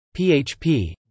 php